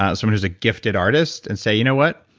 ah someone who's a gifted artist and say, you know what?